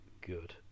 good